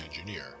engineer